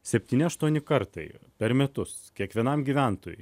septyni aštuoni kartai per metus kiekvienam gyventojui